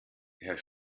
herr